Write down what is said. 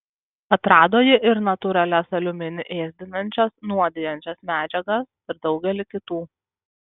atrado ji ir natūralias aliuminį ėsdinančias nuodijančias medžiagas ir daugelį kitų